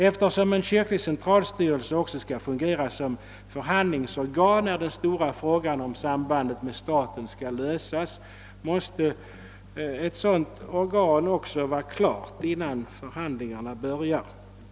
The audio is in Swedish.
Eftersom en kyrklig centralstyrelse också skall fungera som förhandlingsorgan, där den stora frågan om sambandet med staten skall lösas, måste ett sådant organ också vara klart innan förhandlingarna börjar.